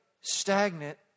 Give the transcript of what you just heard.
stagnant